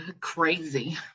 Crazy